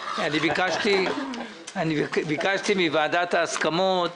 אכן ביקשתי מוועדת ההסכמות